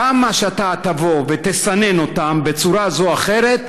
כמה שאתה תבוא ותסנן אותם בצורה זו או אחרת,